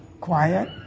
quiet